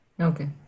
Okay